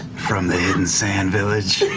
from the hidden sand village.